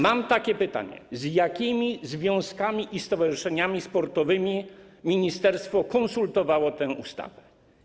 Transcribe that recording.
Mam takie pytanie: Z jakimi związkami i stowarzyszeniami sportowymi ministerstwo konsultowało tę ustawę?